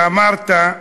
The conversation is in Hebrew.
כשאמרת,